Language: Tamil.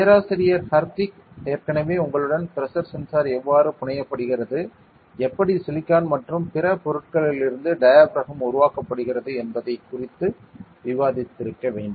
பேராசிரியர் ஹர்திக் ஏற்கனவே உங்களுடன் பிரஷர் சென்சார் எவ்வாறு புனையப்படுகிறது எப்படி சிலிக்கான் மற்றும் பிற பொருட்களிலிருந்து டயாபிறகம் உருவாக்கப்படுகிறது என்பது குறித்து விவாதித்திருக்க வேண்டும்